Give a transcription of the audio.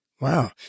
Wow